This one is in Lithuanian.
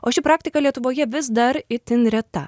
o ši praktika lietuvoje vis dar itin reta